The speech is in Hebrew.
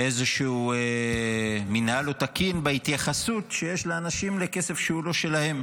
איזשהו מינהל לא תקין בהתייחסות שיש לאנשים לכסף שהוא לא שלהם,